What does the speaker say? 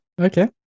Okay